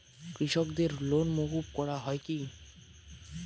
কৃষকদের লোন মুকুব করা হয় কি?